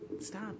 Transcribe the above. stop